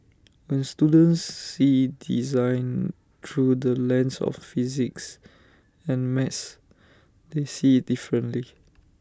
when students see design through the lens of physics and maths they see IT differently